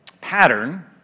pattern